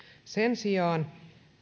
sen sijaan